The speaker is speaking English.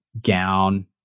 gown